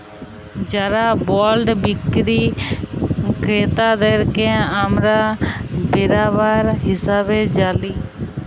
যারা বল্ড বিক্কিরি কেরতাদেরকে আমরা বেরাবার হিসাবে জালি